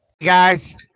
Guys